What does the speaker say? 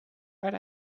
but